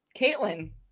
Caitlin